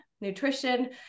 nutrition